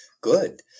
Good